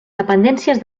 dependències